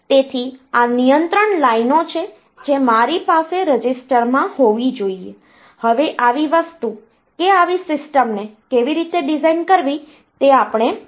તેથી આ નિયંત્રણ લાઈનો છે જે મારી પાસે રજિસ્ટરમાં હોવી જોઈએ હવે આવી વસ્તુકે આવી સિસ્ટમ ને કેવી રીતે ડિઝાઇન કરવી તે આપણે જોઈશું